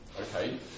Okay